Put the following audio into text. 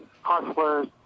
hustlers